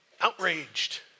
outraged